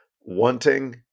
wanting